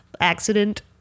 accident